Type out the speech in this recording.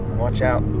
watch out